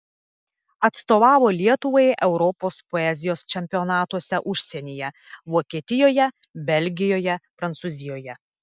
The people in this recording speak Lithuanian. atstovavo lietuvai europos poezijos čempionatuose užsienyje vokietijoje belgijoje prancūzijoje